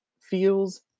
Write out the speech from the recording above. feels